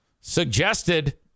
suggested